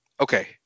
okay